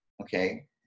okay